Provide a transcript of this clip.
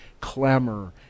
clamor